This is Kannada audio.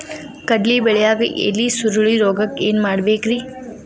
ಕಡ್ಲಿ ಬೆಳಿಯಾಗ ಎಲಿ ಸುರುಳಿರೋಗಕ್ಕ ಏನ್ ಮಾಡಬೇಕ್ರಿ?